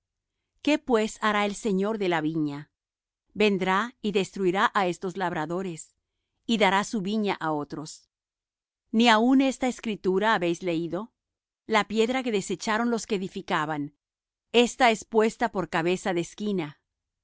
qué pues hará el señor de la viña vendrá y destruirá á estos labradores y dará su viña á otros ni aun esta escritura habéis leído la piedra que desecharon los que edificaban esta es puesta por cabeza de esquina